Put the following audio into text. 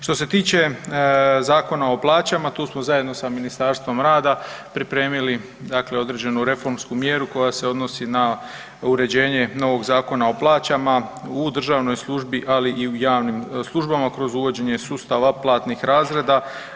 Što se tiče Zakona o plaćama tu smo zajedno sa Ministarstvom rada pripremili određenu reformsku mjeru koja se odnosi na uređenje novog Zakona o plaćama u državnoj službi, ali i u javnim službama kroz uvođenje sustava platnih razreda.